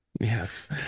Yes